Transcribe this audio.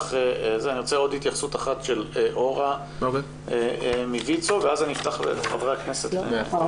רוצה עוד התייחסות אחת של אורה מויצ"ו ואז אתן לחברי הכנסת.